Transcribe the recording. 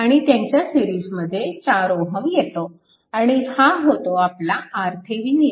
आणि त्यांच्या सिरीजमध्ये 4 Ω येतो आणि हा होतो आपला RThevenin